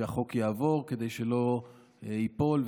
כדי שהוא לא ייפול.